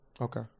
Okay